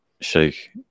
Sheikh